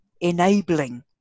enabling